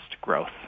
growth